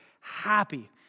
happy